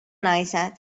naised